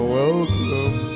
welcome